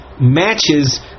matches